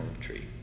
tree